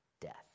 death